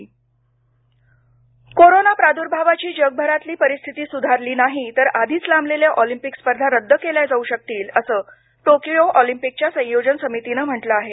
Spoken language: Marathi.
ऑलिम्पिक कोरोना प्रादुर्भावाची जगभरातली परिस्थिती सुधारली नाही तर आधीच लांबलेल्या ऑलिम्पिक स्पर्धा रद्द केल्या जाऊ शकतील असं टोकियो ऑलिम्पिकच्या संयोजन समितीनं म्हटलं आहे